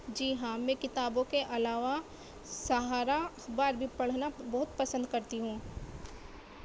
جی ہاں میں کتابوں کے علاوہ سہارا اخبار بھی پڑھنا بہت پسند کرتی ہوں